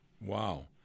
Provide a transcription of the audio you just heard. Wow